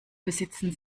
besitzen